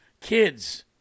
Kids